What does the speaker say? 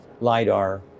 LiDAR